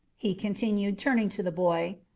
he continued, turning to the boy.